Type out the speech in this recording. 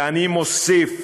ואני מוסיף,